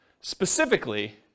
specifically